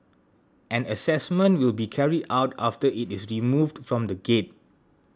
an assessment will be carried out after it is removed from the gate